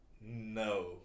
no